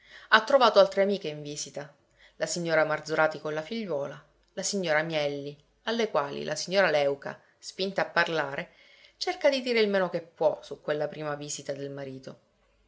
ha trovato altre amiche in visita la signora marzorati con la figliuola la signora mielli alle quali la signora léuca spinta a parlare cerca di dire il meno che può su quella prima visita del marito